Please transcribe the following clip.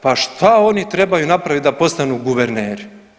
Pa šta oni trebaju napraviti da postanu guverneri?